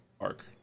arc